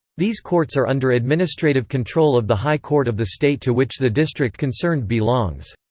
these courts are under administrative control of the high court of the state to which the district concerned belongs.